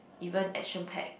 even action pack